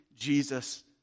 Jesus